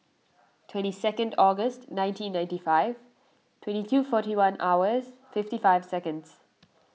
twenty second August nineteen ninety five twenty two forty one hours fifty five seconds